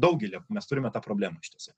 daugelyje mes turime tą problemą iš ties